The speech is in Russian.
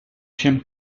чем